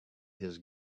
his